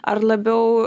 ar labiau